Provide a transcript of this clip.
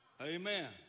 Amen